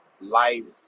life